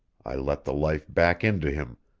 i let the life back into him,